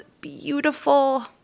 beautiful